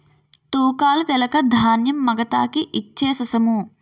తూకాలు తెలక ధాన్యం మగతాకి ఇచ్ఛేససము